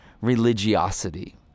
religiosity